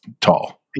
tall